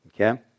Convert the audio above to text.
Okay